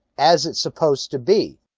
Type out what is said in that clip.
as it's supposed to be